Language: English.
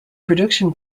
production